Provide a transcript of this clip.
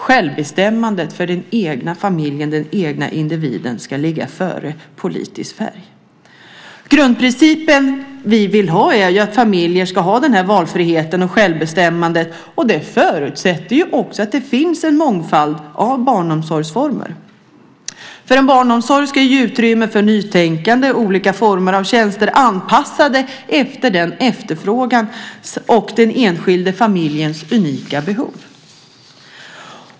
Självbestämmande för den egna familjen, den egna individen, ska ligga före politisk färg. Den grundprincip vi vill ha är ju att familjer ska ha den här valfriheten och självbestämmandet, och det förutsätter också att det finns en mångfald av barnomsorgsformer. Barnomsorgen ska ge utrymme för nytänkande och olika former av tjänster anpassade efter efterfrågan och den enskilda familjens unika behov.